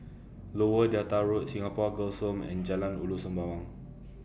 Lower Delta Road Singapore Girls' Home and Jalan Ulu Sembawang